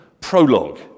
prologue